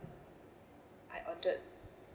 I ordered